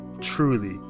Truly